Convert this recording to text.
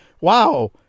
wow